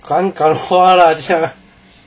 敢敢花 lah